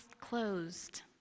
closed